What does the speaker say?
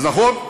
אז נכון,